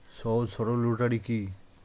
সহজ সরল রোটারি কি?